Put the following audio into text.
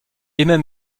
immer